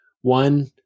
One